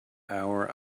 hour